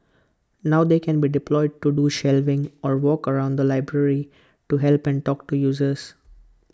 now they can be deployed to do shelving or walk around the library to help and talk to users